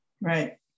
Right